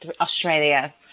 Australia